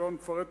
ולא נפרט,